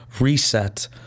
reset